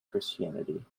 christianity